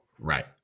Right